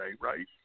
right